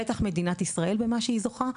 בטח מדינת ישראל במה שהיא זוכה,